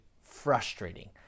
frustrating